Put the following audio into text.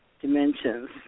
dimensions